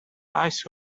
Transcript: ice